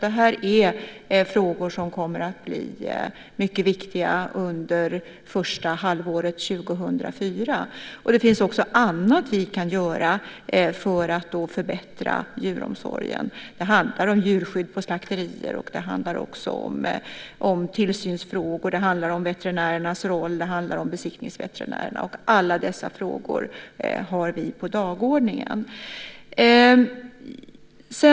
Detta är frågor som kommer att bli mycket viktiga under det första halvåret 2004. Det finns också annat som vi kan göra för att förbättra djuromsorgen. Det handlar om djurskydd på slakterier, om tillsynsfrågor, om veterinärernas roll och om besiktningsveterinärerna. Alla dessa frågor har vi på dagordningen.